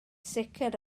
sicr